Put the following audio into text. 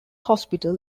hospital